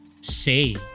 say